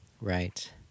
Right